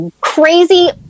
crazy